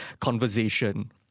conversation